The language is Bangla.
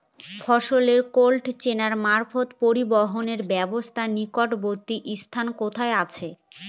ফসলের কোল্ড চেইন মারফত পরিবহনের ব্যাবস্থা নিকটবর্তী স্থানে কোথায় আছে?